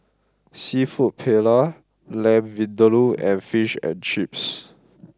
Seafood Paella Lamb Vindaloo and Fish and Chips